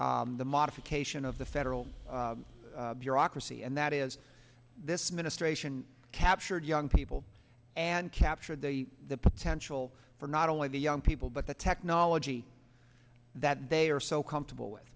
at the modification of the federal bureaucracy and that is this ministration captured young people and captured the potential for not only the young people but the technology that they are so comfortable with